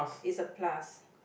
it's a plus